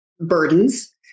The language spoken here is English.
burdens